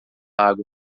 água